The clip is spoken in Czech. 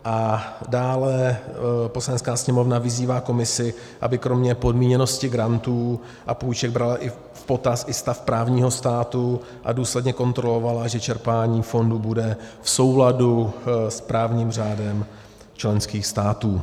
A dále, Poslanecká sněmovna vyzývá Komisi, aby kromě podmíněnosti grantů a půjček brala v potaz i stav právního státu a důsledně kontrolovala, že čerpání fondů bude v souladu s právním řádem členských států.